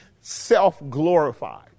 self-glorified